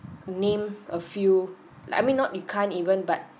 name a few like I mean not you can't even but